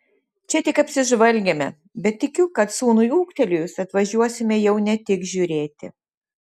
čia tik apsižvalgėme bet tikiu kad sūnui ūgtelėjus atvažiuosime jau ne tik žiūrėti